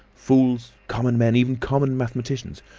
fools, common men, even common mathematicians,